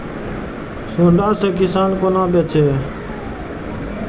सुंडा से किसान कोना बचे?